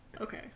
Okay